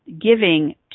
giving